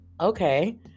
okay